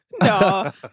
No